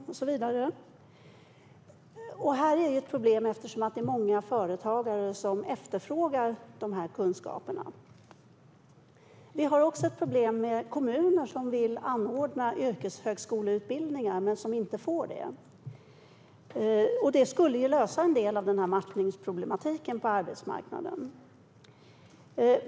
Det är ett problem, eftersom det är många företagare som efterfrågar de kunskaperna. Vi har också problem med kommuner som vill anordna yrkeshögskoleutbildning men inte får det. Det skulle lösa en del av matchningsproblematiken på arbetsmarknaden.